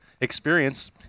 experience –